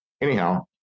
Anyhow